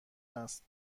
است